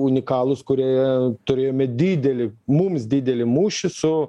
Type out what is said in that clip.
unikalūs kurie turėjome didelį mums didelį mūšį su